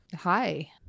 hi